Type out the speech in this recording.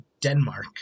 Denmark